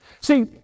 See